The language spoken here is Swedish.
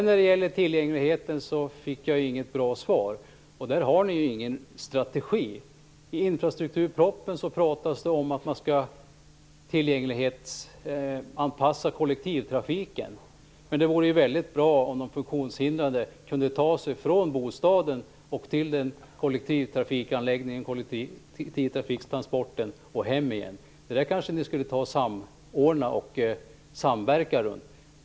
Jag fick inget bra svar på frågan om tillgängligheten. Ni har ju ingen strategi. I infrastrukturpropositionen pratas det om att man skall tillgänglighetsanpassa kollektivtrafiken. Det vore ju bra om de funktionshindrade kunde ta sig från bostaden till kollektivtrafiken och hem igen. Ni borde kanske samverka om detta.